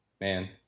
man